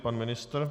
Pan ministr?